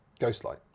Ghostlight